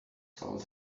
told